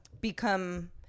become